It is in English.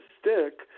stick